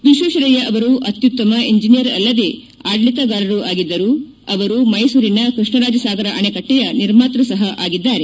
ವಿಶ್ವೇಶ್ವರಯ್ಯ ಅವರು ಅತ್ಯುತ್ತಮ ಇಂಜಿನಿಯರ್ ಅಲ್ಲದೆ ಆಡಳಿತಗಾರರೂ ಆಗಿದ್ದರು ಅವರು ಮೈಸೂರಿನ ಕೃಷ್ಣರಾಜ ಸಾಗರ ಅಣೆಕಟ್ಟೆಯ ನಿರ್ಮಾತ್ಪ ಸಹ ಆಗಿದ್ದಾರೆ